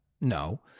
No